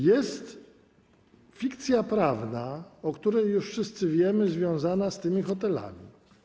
Jest fikcja prawna, o której już wszyscy wiemy, związana z tymi hotelami.